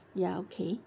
ya okay